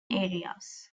areas